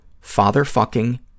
father-fucking